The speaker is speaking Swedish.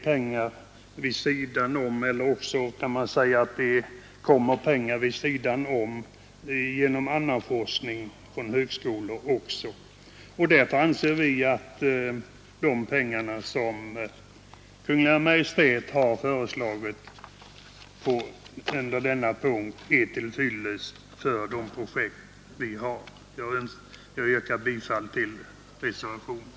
Man kan också säga att det kommer pengar vid sidan om genom den forskning som bedrivs vid högskolor och universitet m.m. Därför anser vi att de pengar som Kungl. Maj:t har föreslagit på denna punkt är till fyllest för projekten. Jag yrkar bifall till reservationen.